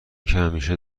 همیشه